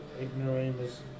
ignoramus